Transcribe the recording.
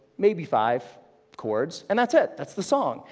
maybe five chords, and that's it, that's the song.